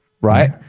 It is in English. right